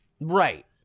Right